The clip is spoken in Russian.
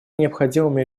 необходимыми